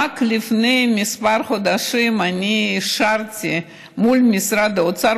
רק לפני כמה חודשים אני אישרתי מול משרד האוצר,